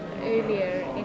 earlier